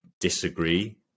disagree